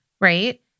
right